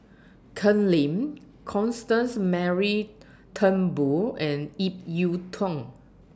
Ken Lim Constance Mary Turnbull and Ip Yiu Tung